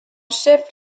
chef